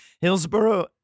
Hillsborough